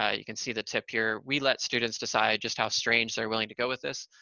ah you can see the tip here. we let students decide just how strange they're willing to go with this.